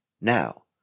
Now